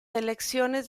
elecciones